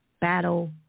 Battle